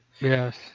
Yes